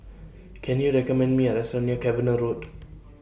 Can YOU recommend Me A Restaurant near Cavenagh Road